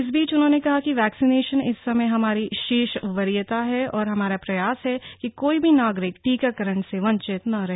इस बीच उन्होने कहा कि वैक्सीनेशन इस समय हमारी शीर्ष वरीयता है और हमारा प्रयास है कि कोई भी नागरिक टीकाकरण से वंचित न रहे